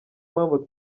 mpamvu